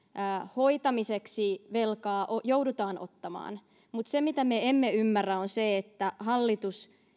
hoitamiseksi velkaa joudutaan ottamaan mutta se mitä me emme ymmärrä on se että hallitus